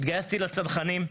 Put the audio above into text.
התגייסתי לצנחנים,